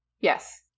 yes